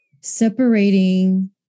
separating